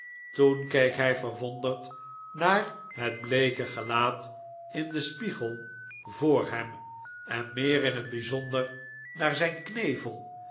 toen keek hij verwonderd naar het bleeke gelaat in den spiegel voor hem en meer in het bijzonder naar zijn knevel